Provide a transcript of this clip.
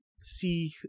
see